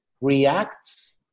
reacts